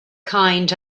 kind